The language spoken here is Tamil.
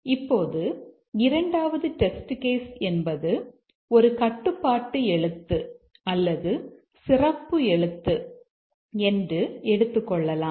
இப்போது இரண்டாவது டெஸ்ட் கேஸ் என்பது ஒரு கட்டுப்பாட்டு எழுத்து அல்லது சிறப்பு எழுத்து என்று எடுத்துக்கொள்ளலாம்